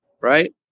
right